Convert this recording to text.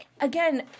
Again